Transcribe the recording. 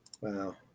Wow